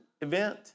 event